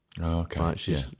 okay